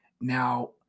Now